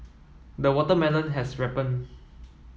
the watermelon has ripened